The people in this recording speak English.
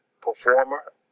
performer